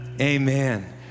Amen